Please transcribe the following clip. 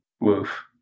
Woof